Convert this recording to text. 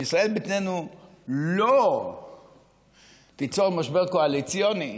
שישראל ביתנו לא תיצור משבר קואליציוני